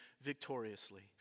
victoriously